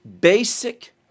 basic